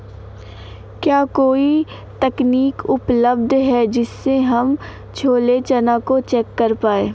क्या कोई तकनीक उपलब्ध है जिससे हम छोला चना को चेक कर पाए?